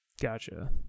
Gotcha